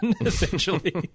essentially